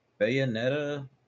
Bayonetta